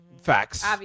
Facts